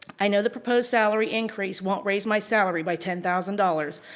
i know the proposed salary increase won't raise my salary by ten thousand dollars.